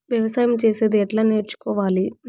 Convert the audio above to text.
వ్యవసాయం చేసేది ఎట్లా నేర్చుకోవాలి?